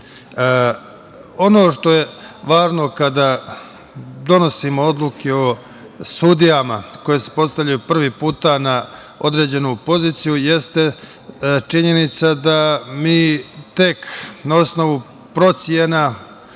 što je važno kada donosimo odluke o sudijama koje se postavljaju prvi put na određenu poziciju jeste činjenica da mi tek na osnovu procena